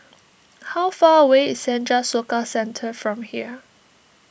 how far away is Senja Soka Centre from here